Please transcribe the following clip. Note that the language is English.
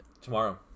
tomorrow